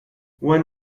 when